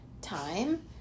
time